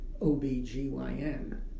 OBGYN